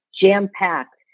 jam-packed